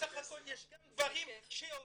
בסך הכל יש גם דברים שעובדים.